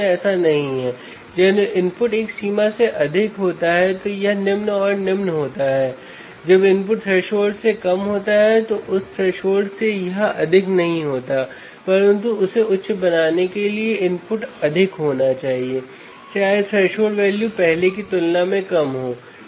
आपको instrumentation amplifier को समझना होगा क्योंकि यह बड़ी संख्या में सर्किट में उपयोग किया जाता है